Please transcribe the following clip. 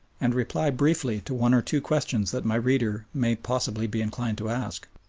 and reply briefly to one or two questions that my reader may possibly be inclined to ask.